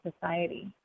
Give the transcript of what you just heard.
society